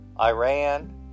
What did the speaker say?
Iran